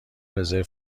رزرو